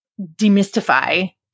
demystify